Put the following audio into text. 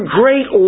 great